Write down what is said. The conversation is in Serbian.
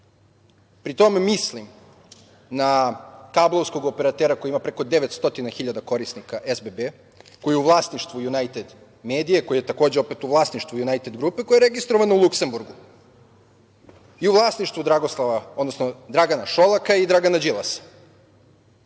Pri tome mislim na kablovskog operatera koji ima preko 900 hiljada korisnika, SBB i koji je u vlasništvu „Junajted medije“ koja je takođe opet u vlasništvu „Junajted grupe“ koja je registrovana u Luksemburgu i u vlasništvu Dragana Šolaka i Dragana Đilasa.